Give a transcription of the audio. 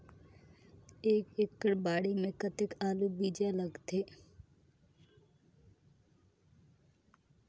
एक एकड़ बाड़ी मे कतेक आलू बीजा लगथे?